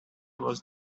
was